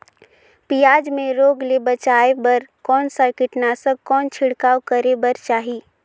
पियाज मे रोग ले बचाय बार कौन सा कीटनाशक कौन छिड़काव करे बर चाही?